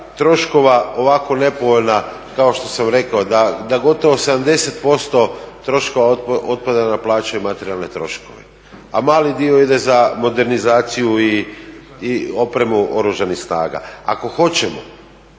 troškova ovako nepovoljna da gotovo 70% troškova otpada na plaće i materijalne troškove, a mali dio ide za modernizaciju i opremu oružanih snaga. Ako hoćemo,